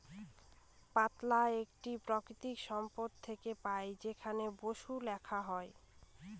পাতলা একটি প্রাকৃতিক সম্পদ থেকে পাই যেখানে বসু লেখা হয়